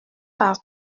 pars